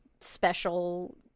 special